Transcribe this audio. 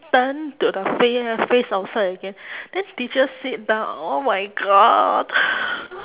turn to the fa~ lah face outside again then teacher sit down oh my god